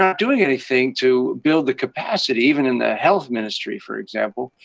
um doing anything to build the capacity, even in the health ministry, for example,